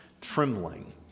Trembling